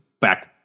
back